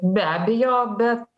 be abejo bet